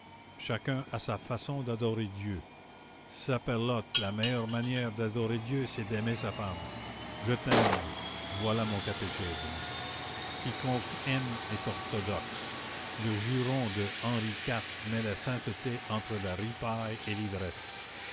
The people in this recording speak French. chacun a sa façon d'adorer dieu saperlotte la meilleure manière d'adorer dieu c'est d'aimer sa femme je t'aime voilà mon catéchisme quiconque aime est orthodoxe le juron de henri iv met la sainteté entre la ripaille et l'ivresse